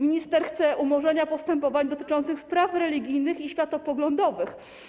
Minister chce umorzenia postępowań dotyczących spraw religijnych i światopoglądowych.